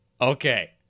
Okay